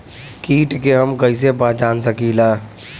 कीट के हम कईसे पहचान सकीला